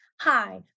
hi